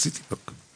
ב-city רק.